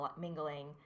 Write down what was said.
mingling